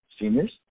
seniors